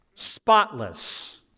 spotless